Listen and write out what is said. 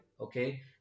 Okay